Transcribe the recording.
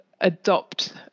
adopt